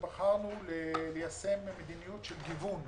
בחרנו ליישם מדיניות של גיוון.